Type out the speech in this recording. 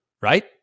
right